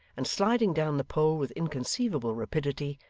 and sliding down the pole with inconceivable rapidity,